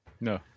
No